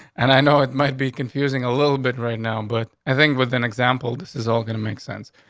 and i know it might be confusing a little bit right now, but i think with an example this is all gonna make sense.